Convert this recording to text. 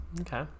Okay